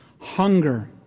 hunger